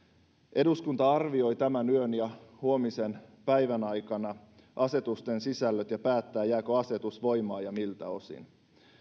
eduskunta arvioi tämän yön ja huomisen päivän aikana asetusten sisällöt ja päättää jääkö asetus voimaan ja miltä osin